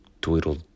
twiddle